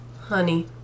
honey